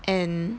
and